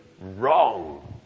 wrong